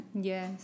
Yes